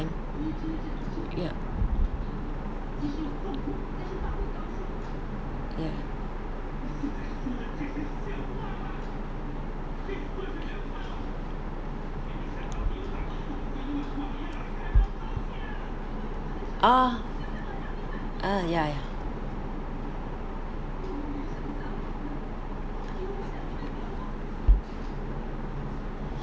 ya ya oh uh ya ya